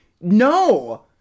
No